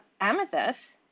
amethyst